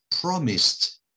promised